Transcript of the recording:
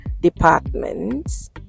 departments